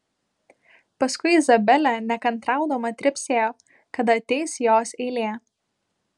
paskui izabelė nekantraudama trepsėjo kada ateis jos eilė